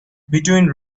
between